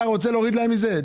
אתה רוצה להוריד להם מזה?